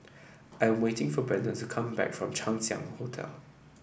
I am waiting for Brenden to come back from Chang Ziang Hotel